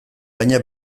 baina